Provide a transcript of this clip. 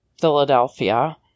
Philadelphia